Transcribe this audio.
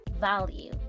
value